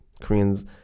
Koreans